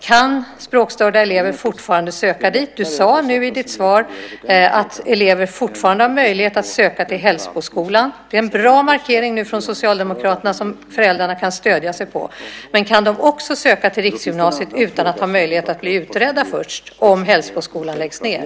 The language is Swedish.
Kan språkstörda elever fortfarande söka dit? Du sade nu i ditt svar att elever fortfarande har möjlighet att söka till Hällsboskolan. Det är en bra markering från Socialdemokraterna som föräldrarna kan stödja sig på. Men kan eleverna också söka till riksgymnasiet utan att ha möjlighet att bli utredda först om Hällsboskolan läggs ned?